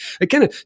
Again